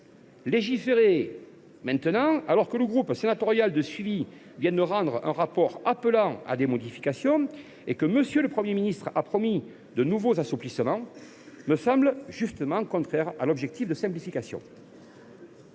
Légiférer maintenant, alors que le groupe sénatorial de suivi vient de rendre un rapport d’information appelant à des modifications et que M. le Premier ministre a promis de nouveaux assouplissements, me paraît justement contraire à l’objectif de simplification.